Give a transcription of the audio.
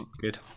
Good